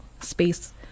space